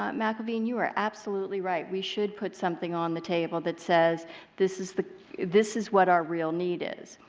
um mcelveen, you are absolutely right. we should put something on the table that says this is the this is what our real need is.